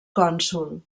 cònsol